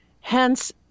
Hence